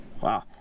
Wow